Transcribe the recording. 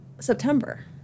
September